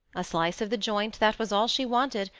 a slice of the joint, that was all she wanted,